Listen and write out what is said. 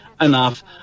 enough